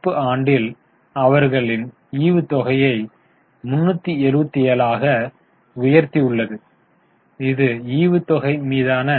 நடப்பு ஆண்டில் அவர்கள் ஈவுத்தொகையை 374 ஆக உயர்த்தியுள்ளது இது ஈவுத்தொகை மீதான